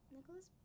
Nicholas